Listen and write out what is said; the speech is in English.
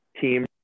team